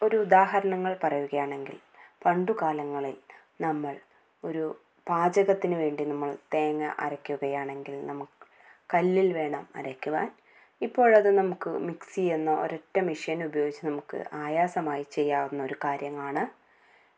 ഒരു ഉദാഹരണങ്ങൾ പറയുകയാണെങ്കിൽ പണ്ടുകാലങ്ങളിൽ നമ്മൾ ഒരു പാചകത്തിനു വേണ്ടി നമ്മൾ തേങ്ങ അരക്കുകയാണെങ്കിൽ നമുക്ക് കല്ലിൽ വേണം അരയ്ക്കുവാൻ ഇപ്പോഴത് നമുക്ക് മിക്സി എന്ന ഒരൊറ്റ മെഷിൻ ഉപയോഗിച്ച് നമുക്ക് ആയാസമായി ചെയ്യാവുന്ന ഒരു കാര്യമാണ്